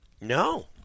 No